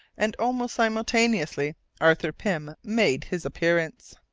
and almost simultaneously arthur pym made his appearance.